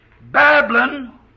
Babylon